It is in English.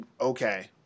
okay